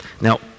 Now